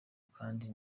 kandi